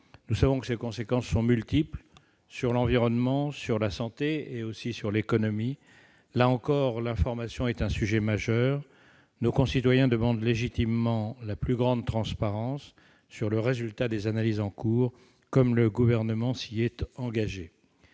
Nous savons qu'elles sont multiples : environnement, santé et économie. Là encore, l'information est un sujet majeur. Nos concitoyens demandent légitimement la plus grande transparence sur le résultat des analyses en cours, comme le Gouvernement s'y est engagé.